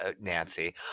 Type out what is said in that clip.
Nancy